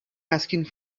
asking